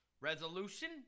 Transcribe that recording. Resolution